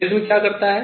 prism क्या करता है